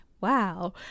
wow